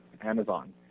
Amazon